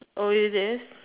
oh it is